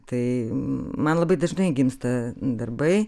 tai man labai dažnai gimsta darbai